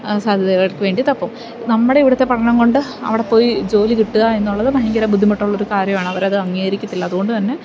സാധ്യതകൾക്കുവേണ്ടി തപ്പും നമ്മുടെ ഇവിടുത്തെ പഠനംകൊണ്ട് അവിടെപ്പോയി ജോലി കിട്ടുക എന്നുള്ളത് ഭയങ്കര ബുദ്ധിമുട്ടുള്ള ഒരു കാര്യമാണ് അവരത് അംഗീകരിക്കത്തില്ല അതുകൊണ്ടുതന്നെ